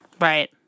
Right